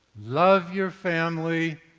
love your family,